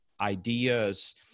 ideas